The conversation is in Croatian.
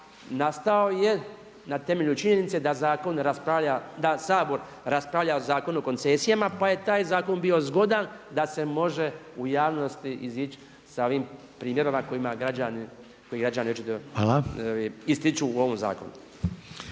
nastao je na temelju činjenice da Sabor raspravlja o Zakonu o koncesijama pa je taj zakon bio zgodan da se može u javnosti izići sa ovim primjerom ako ima građani, koji građani